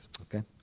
Okay